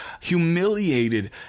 humiliated